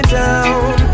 down